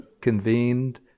convened